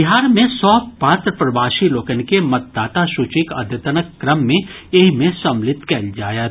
बिहार मे सभ पात्र प्रवासी लोकनि के मतदाता सूचीक अद्यतनक क्रम मे एहि मे सम्मिलित कयल जायत